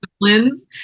disciplines